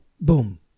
boom